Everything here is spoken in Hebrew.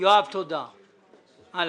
יואב תודה, הלאה.